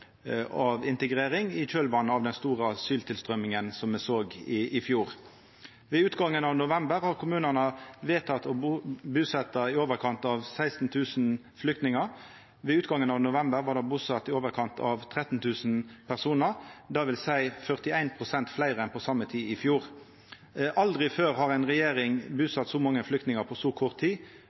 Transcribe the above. av integrering i kjølvatnet av den store asyltilstrøyminga me såg i fjor. Ved utgangen av november har kommunane vedteke å busetja i overkant av 16 000 flyktningar. Ved utgangen av november var det busett i overkant av 13 000 personar. Det vil seia 41 pst. fleire enn på same tid i fjor. Aldri før har ei regjering busett så mange flyktningar på så kort tid.